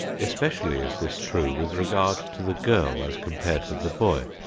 especially is this true with regard to the girl as compared with the boy.